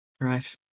Right